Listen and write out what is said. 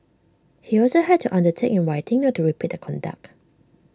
he also had to undertake in writing not to repeat the conduct